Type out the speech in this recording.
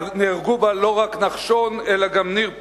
שנהרגו בה לא רק נחשון אלא גם ניר פורז,